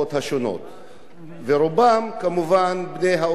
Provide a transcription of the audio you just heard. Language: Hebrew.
רובם כמובן בני האוכלוסיות היותר חלשות,